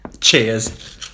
Cheers